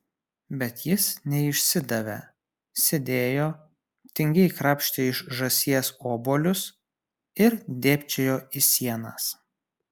bet jis neišsidavė sėdėjo tingiai krapštė iš žąsies obuolius ir dėbčiojo į sienas